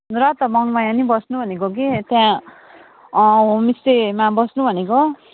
र त मङमाया नि बस्नु भनेको कि त्यहाँ होमस्टेमा बस्नु भनेको